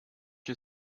you